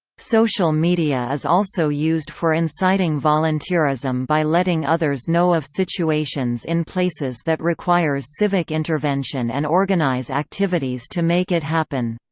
social media is also used for inciting volunteerism by letting others know of situations in places that requires civic intervention and organize activities to make it happen.